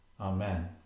Amen